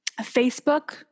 Facebook